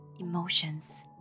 Emotions